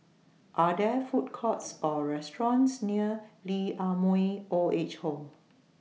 Are There Food Courts Or restaurants near Lee Ah Mooi Old Age Home